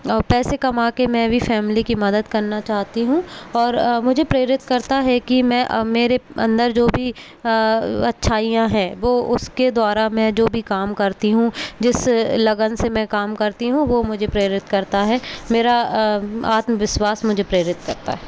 पैसे कमा के मैं भी फैमिली की मदद करना चाहती हूँ और मुझे प्रेरित करता है कि मैं मेरे अन्दर जो भी अच्छाइयाँ हैं वह उस्के द्वारा मैं जो भी काम करती हूँ जिस लगन से मैं काम करती हूँ वह मुझे प्रेरित करता है मेरा आत्मविश्वास मुझे प्रेरित करता है